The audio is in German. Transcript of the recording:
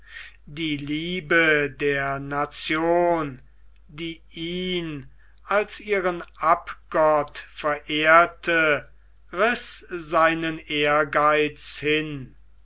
die liebe der nation die ihn als ihren abgott verehrte riß seinen ehrgeiz hin